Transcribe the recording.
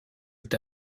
est